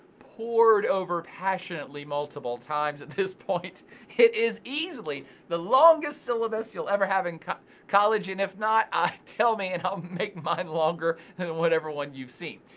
pored over passionately multiple times at this point it is easily the longest syllabus you'll ever have in college and if not, ah tell me and i'll make mine longer than whatever one you've seen.